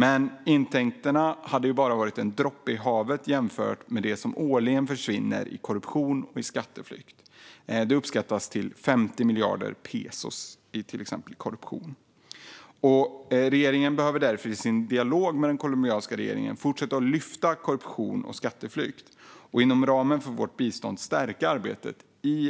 Men dessa intäkter skulle varit en droppe i havet jämfört med det som årligen försvinner genom korruption och skatteflykt. Endast korruptionen uppskattas uppgå till 50 miljarder peso. Regeringen behöver därför i sin dialog med den colombianska regeringen fortsätta att lyfta upp korruption och skatteflykt och inom ramen för vårt bistånd stärka